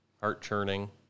Heart-churning